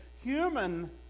human